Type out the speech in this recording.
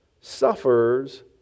suffers